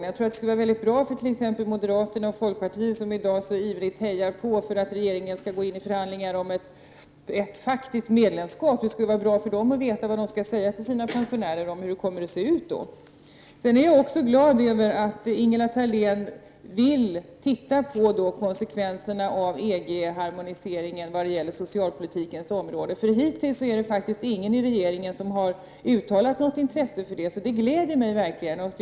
Jag tror att det skulle vara väldigt bra för t.ex. moderaterna och folkpartiet — som i dag så ivrigt hejar på och vill att regeringen skall gå in i förhandlingar om ett faktiskt medlemskap — om de fick veta vad de skall säga till pensionärerna om hur det kan komma att se ut. Sedan är jag glad över att Ingela Thalén vill studera konsekvenserna av en EG-harmonisering på socialpolitikens område. Hittills är det faktiskt ingen i regeringen som har uttalat något intresse i det sammanhanget. Jag är således väldigt glad över det här intresset.